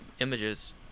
images